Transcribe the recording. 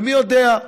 ומי יודע,